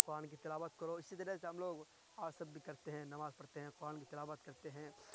قرآن کی تلاوت کرو اسی طرح سے ہم لوگ اور سب بھی کرتے ہیں نماز پڑتے ہیں قرآن کی تلاوت کرتے ہیں